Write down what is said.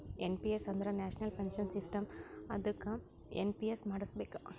N P S ಅಂದುರ್ national pension system ಅದ್ದುಕ NPS ಮಾಡುಸ್ಬೇಕ್